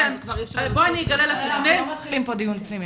אנחנו לא מתחילים פה דיון פנימי.